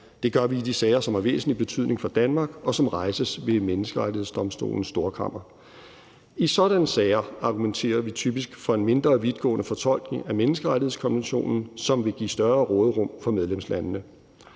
Det gør vi i de sager, som har væsentlig betydning for Danmark, og som rejses ved Menneskerettighedsdomstolens Storkammer. I sådanne sager argumenterer vi typisk for en mindre vidtgående fortolkning af menneskerettighedskonventionen, som vil give større råderum for medlemslandene.